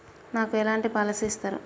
నాకు ఎలాంటి పాలసీ ఇస్తారు?